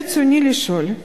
ברצוני לשאול: